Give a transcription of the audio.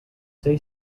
say